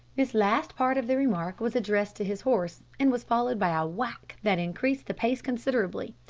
this last part of the remark was addressed to his horse, and was followed by a whack that increased the pace considerably.